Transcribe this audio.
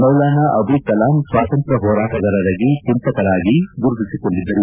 ಮೌಲಾನ ಅಬುಲ್ ಕೆಲಾಂ ಸ್ವತಂತ್ರ ಹೋರಾಟಗಾರರಾಗಿ ಚಿಂತಕರಾಗಿ ಗುರುತಿಸಿಕೊಂಡಿದ್ದರು